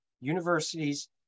universities